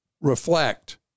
reflect